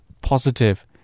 positive